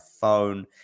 phone